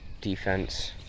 defense